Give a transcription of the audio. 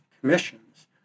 commissions